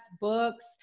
books